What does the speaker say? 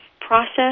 process